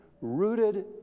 rooted